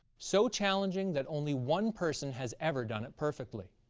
so challenging that only one person has ever done it perfectly.